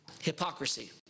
Hypocrisy